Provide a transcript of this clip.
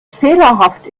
fehlerhaft